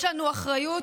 יש לנו אחריות